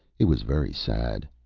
it was very sad.